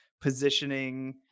positioning